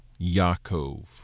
Yaakov